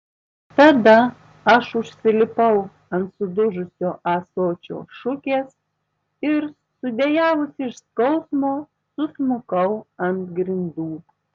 tada aš užsilipau ant sudužusio ąsočio šukės ir sudejavusi iš skausmo susmukau ant grindų